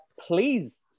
please